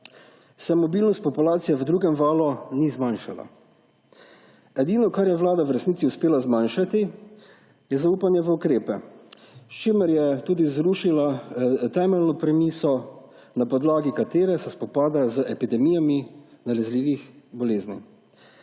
se mobilnost populacije v drugem valu ni zmanjšala. Edino, kar je vlada v resnici uspela zmanjšati, je zaupanje v ukrepe, s čimer je zrušila tudi temeljno premiso, na podlagi katere se spopada z epidemijami nalezljivih bolezni.